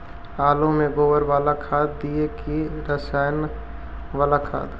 आलु में गोबर बाला खाद दियै कि रसायन बाला खाद?